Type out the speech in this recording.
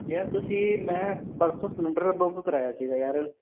ਯਾਰ ਤੁਸੀਂ ਮੈਂ ਪਰਸੋਂ ਸਲੰਡਰ ਬੁੱਕ ਕਰਵਾਇਆ ਸੀਗਾ ਯਾਰ